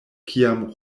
kiam